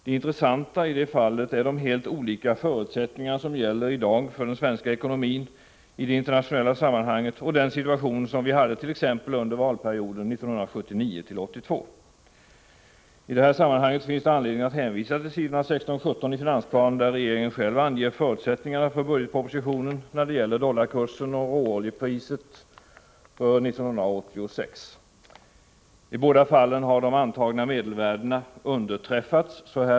Det intressanta i detta fall är de helt andra förutsättningar som i dag gäller för den svenska ekonomin i det internationella sammanhanget jämfört med den situation som vi hade under t.ex. valperioden 1979-1982. Det finns anledning att här hänvisa till s. 16-17 i finansplanen, där regeringen själv anger förutsättningarna för budgetpropositionen när det gäller dollarkursen och råoljepriset för 1986. I båda fallen har, så här långt, de antagna medelvärdena underträffats.